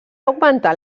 augmentar